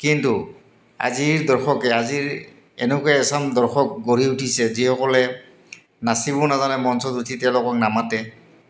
কিন্তু আজিৰ দৰ্শকে আজিৰ এনেকুৱা এচাম দৰ্শক গঢ়ি উঠিছে যিসকলে নাচিব নাজানে মঞ্চত উঠি তেওঁলোকক নামাতে